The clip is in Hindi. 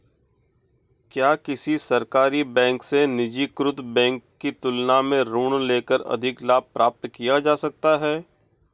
क्या किसी सरकारी बैंक से निजीकृत बैंक की तुलना में ऋण लेकर अधिक लाभ प्राप्त किया जा सकता है?